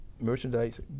merchandise